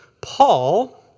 Paul